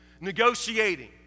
Negotiating